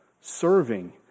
serving